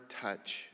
touch